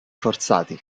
forzati